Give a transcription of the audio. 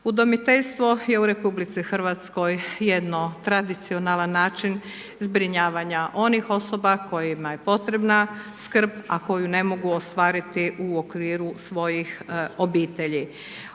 Udomiteljstvo je u RH jedno tradicionalan način zbrinjavanja onih osoba kojima je potrebna skrb, a koju ne mogu ostvariti u okviru svojih obitelji.